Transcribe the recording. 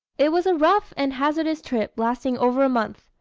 it was a rough and hazardous trip lasting over a month,